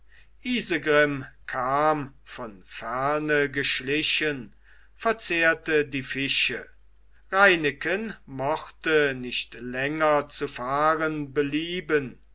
kam von ferne geschlichen verzehrte die fische reineken mochte nicht länger zu fahren belieben